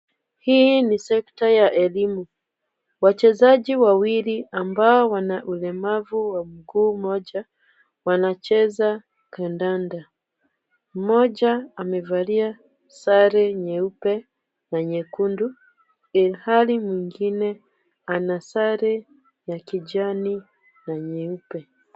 Hii ni sekta ya elimu. Wachezaji wawili ambao wana ulemavu wa mguu moja wanacheza kandanda. Mmoja amevalia sare nyeupe na nyekundu ilhali mwingine ana sare ya kijani na nyeupe.